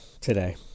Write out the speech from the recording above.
today